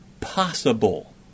possible